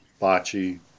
bocce